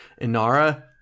Inara